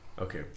Okay